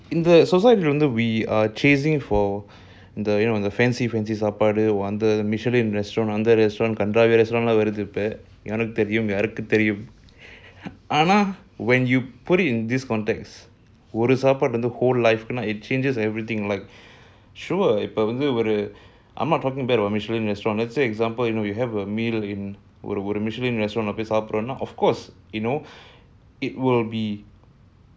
in the we are chasing for the you know the fancy fancy stuff சாப்பாடு:sapadu restaurant michelin restaurant யாருக்குதெரியும்யாருக்குதெரியும்:yarukku therium yaruku therium when you put it in this context it changes everything sure I'm not talking bad about a michelin restaurant let's say you have a meal in a michelin retaurant சாப்பிடறோம்னா:sapdromna of course you know it will be